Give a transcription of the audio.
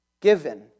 given